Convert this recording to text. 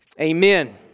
Amen